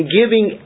giving